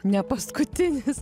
ne paskutinis